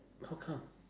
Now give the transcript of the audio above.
how come